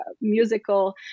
musical